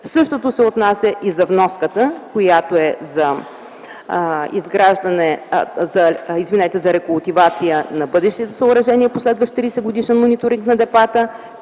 Същото се отнася и за вноската, която е за рекултивация на бъдещите съоръжения и последващ 30-годишен мониторинг на депата.